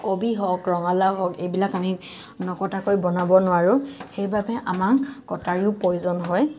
কবি হওক ৰঙালাও হওঁক এইবিলাক আমি নকটাকৈ বনাব নোৱাৰো সেইবাবে আমাক কটাৰীও প্ৰয়োজন হয়